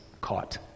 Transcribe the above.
caught